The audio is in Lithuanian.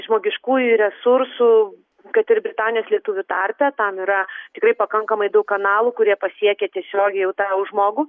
žmogiškųjų resursų kad ir britanijos lietuvių tarpe tam yra tikrai pakankamai daug kanalų kurie pasiekia tiesiogiai jau tą jau žmogų